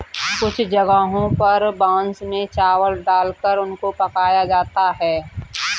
कुछ जगहों पर बांस में चावल डालकर उनको पकाया जाता है